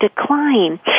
decline